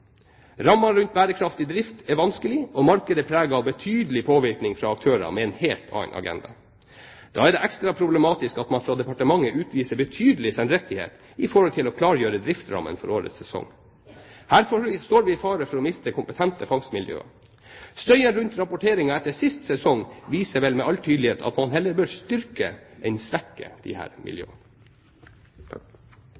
Rammene rundt bærekraftig drift er vanskelig, og markedet er preget av betydelig påvirkning fra aktører med en helt annen agenda. Da er det ekstra problematisk at man fra departementet utviser betydelig sendrektighet i det å klargjøre driftsrammene for årets sesong. Her står vi i fare for å miste kompetente fangstmiljøer. Støyen rundt rapporteringen etter sist sesong viser vel med all tydelighet at man heller bør styrke enn svekke